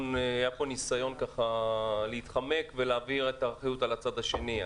היה פה ניסיון להתחמק ולהעביר את האחריות על הצד השני.